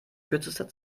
kürzester